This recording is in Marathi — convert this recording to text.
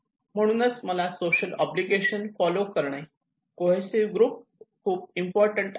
म्हणूनच मला सोशल ऑब्लिगशन फोलो करणे कोहेसिव्ह ग्रुप्स खूप इम्पॉर्टंट आहे